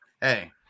Hey